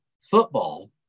football